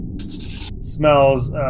Smells